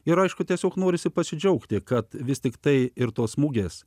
ir aišku tiesiog norisi pasidžiaugti kad vis tiktai ir tos mugės